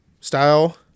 style